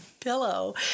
Pillow